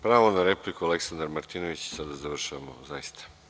Pravo na repliku Aleksandar Martinović i onda završavamo zaista.